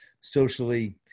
socially